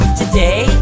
today